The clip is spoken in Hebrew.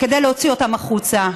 כדי להוציא אותם החוצה.